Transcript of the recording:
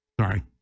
Sorry